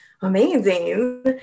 amazing